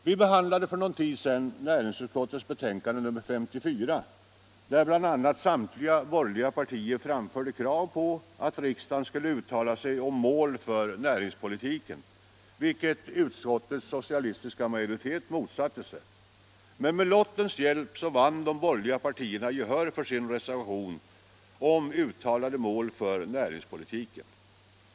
Vi behandlade för någon tid sedan näringsutskottets betänkande nr 54, där samtliga borgerliga partier framförde krav på att riksdagen skulle uttala sig om mål för näringspolitiken, vilket utskottets socialistiska majoritet motsatte sig. Men med lottens hjälp vann de borgerliga partierna gehör för sin reservation om ”uttalade mål för näringspolitiken”.